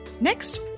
Next